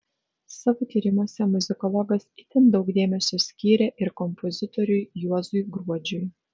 savo tyrimuose muzikologas itin daug dėmesio skyrė ir kompozitoriui juozui gruodžiui